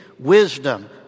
wisdom